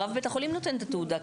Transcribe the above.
רב בית החולים נותן את התעודה,